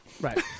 Right